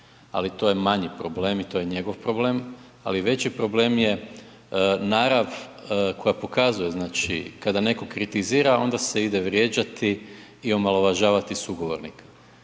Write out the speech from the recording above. Ali to je manji problem i to je njegov problem. Ali veći problem je narav koja pokazuje kada netko kritizira onda se ide vrijeđati i omalovažavati sugovornika.